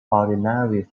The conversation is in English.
ordinary